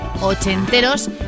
ochenteros